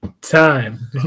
Time